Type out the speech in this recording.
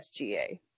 SGA